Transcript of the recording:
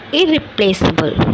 irreplaceable